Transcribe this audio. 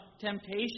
temptation